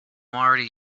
already